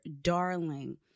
Darling